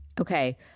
Okay